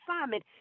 assignment